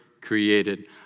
created